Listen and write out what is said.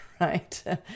right